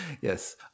Yes